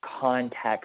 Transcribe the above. context